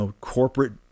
corporate